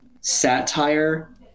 satire